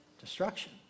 destruction